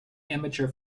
amateur